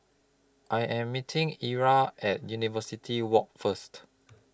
I Am meeting Ezra At University Walk First